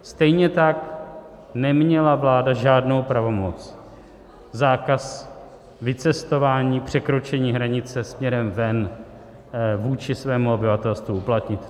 Stejně tak neměla vláda žádnou pravomoc zákaz vycestování, překročení hranice směrem ven, vůči svému obyvatelstvu uplatnit.